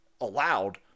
allowed